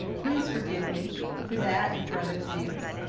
please forgive me for that and for other things.